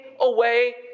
away